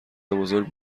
بزرگ